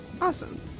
Awesome